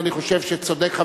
כל אחד לדבר